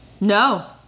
No